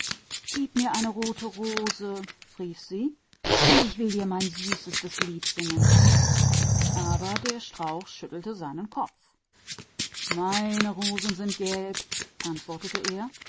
gib mir eine rote rose rief sie und ich will dir dafür mein süßestes lied singen aber der strauch schüttelte seinen kopf meine rosen sind gelb antwortete er